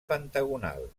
pentagonal